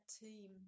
team